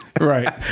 Right